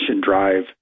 drive